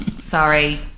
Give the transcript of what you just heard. Sorry